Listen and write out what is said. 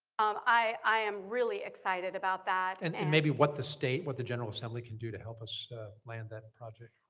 um i am really excited about that and and maybe what the state, what the general assembly can do to help us land that project.